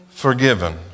forgiven